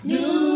New